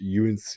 UNC